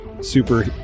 super